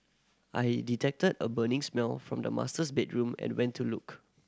I detected a burning smell from the masters bedroom and went to look